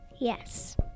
Yes